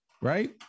Right